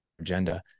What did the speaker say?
agenda